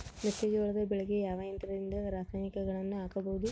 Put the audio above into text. ಮೆಕ್ಕೆಜೋಳ ಬೆಳೆಗೆ ಯಾವ ಯಂತ್ರದಿಂದ ರಾಸಾಯನಿಕಗಳನ್ನು ಹಾಕಬಹುದು?